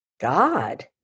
god